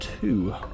two